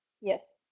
Yes